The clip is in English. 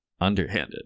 underhanded